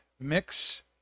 mix